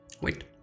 wait